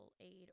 aid